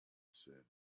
said